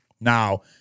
Now